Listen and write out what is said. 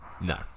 No